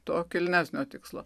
to kilnesnio tikslo